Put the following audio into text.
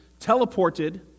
teleported